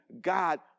God